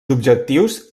objectius